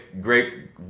great